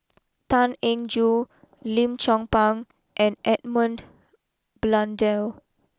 Tan Eng Joo Lim Chong Pang and Edmund Blundell